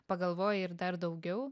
pagalvoji ir dar daugiau